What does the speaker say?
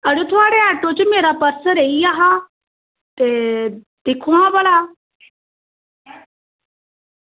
अड़ेओ थुआढ़े आटो च मेरा पर्स रेही गेआ हा ते दिक्खो हां भला